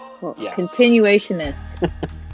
continuationist